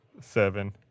seven